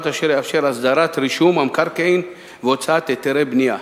אשר יאפשר הסדרת רישום המקרקעין והוצאת היתרי בנייה.